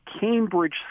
Cambridge